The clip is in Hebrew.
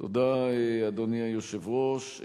אדוני היושב-ראש,